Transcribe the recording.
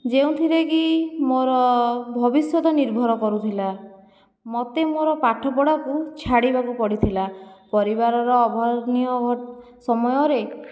ଯେଉଁଥିରେକି ମୋର ଭବିଷ୍ୟତ ନିର୍ଭର କରୁଥିଲା ମୋତେ ମୋର ପାଠ ପଢ଼ାକୁ ଛାଡ଼ିବାକୁ ପଡ଼ିଥିଲା ପରିବାରର ଅଭାବନୀୟ ଘ ସମୟରେ